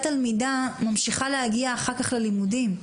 תלמידה ממשיכה להגיע אחר כך ללימודים.